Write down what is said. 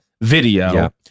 video